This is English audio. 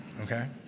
Okay